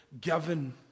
given